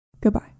Goodbye